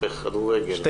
תודה רבה.